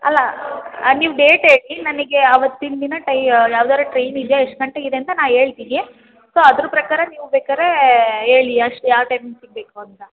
ಅಲ್ಲ ನೀವು ಡೇಟ್ ಹೇಳಿ ನನಗೆ ಆವತ್ತಿನ ದಿನ ಟೈಯ ಯಾವ್ದರೂ ಟ್ರೈನ್ ಇದೆ ಎಷ್ಟು ಗಂಟೆಗೆ ಇದೆ ಅಂತ ನಾ ಹೇಳ್ತಿನಿ ಸೊ ಅದ್ರ ಪ್ರಕಾರ ನೀವು ಬೇಕಾದ್ರೇ ಹೇಳಿ ಎಷ್ಟ್ ಯಾವ ಟೈಮಿಂಗ್ಸಿಗೆ ಬೇಕು ಅಂತ